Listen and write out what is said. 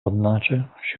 одначе